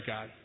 God